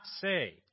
say